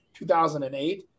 2008